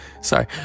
Sorry